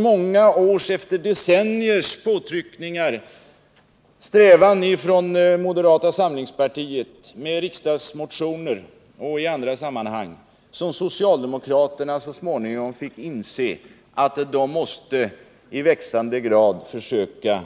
Det var först efter decenniers påtryckningar och strävanden från moderata samlingspartiet, i riksdagsmotioner och i andra sammanhang, som socialdemokraterna så småningom fick inse att de i växande grad måste försöka